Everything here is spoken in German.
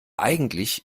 eigentlich